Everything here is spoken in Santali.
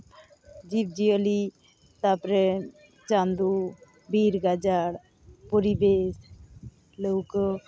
ᱡᱤᱵᱽ ᱡᱤᱭᱟᱹᱞᱤ ᱛᱟᱯᱚᱨᱮ ᱪᱟᱸᱫᱚ ᱵᱤᱨ ᱜᱟᱡᱟᱲ ᱯᱚᱨᱤᱵᱮᱥ ᱞᱟᱹᱣᱠᱟᱹ